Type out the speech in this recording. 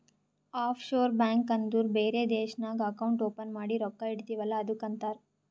of sure bank ಅಂದುರ್ ಬೇರೆ ದೇಶ್ನಾಗ್ ಅಕೌಂಟ್ ಓಪನ್ ಮಾಡಿ ರೊಕ್ಕಾ ಇಡ್ತಿವ್ ಅಲ್ಲ ಅದ್ದುಕ್ ಅಂತಾರ್